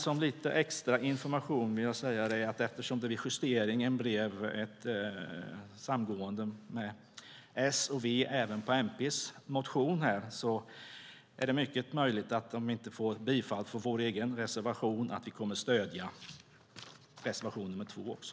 Som lite extra information vill jag dock säga att eftersom det vid justeringen blev ett samgående med S och V även på MP:s motion är det mycket möjligt att vi om vi inte får bifall för vår egen reservation kommer att stödja också reservation nr 2.